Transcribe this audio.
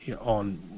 on